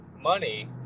money